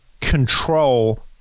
control